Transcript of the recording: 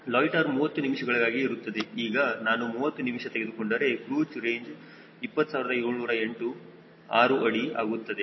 loiter 30 ನಿಮಿಷಗಳಿಗಾಗಿ ಇರುತ್ತದೆ ಈಗ ನಾನು 30 ನಿಮಿಷ ತೆಗೆದುಕೊಂಡರೆ ಕ್ರೂಜ್ ರೇಂಜ್ 20708 6 ಅಡಿ ಆಗುತ್ತದೆ